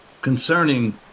concerning